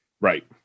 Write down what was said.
Right